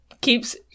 keeps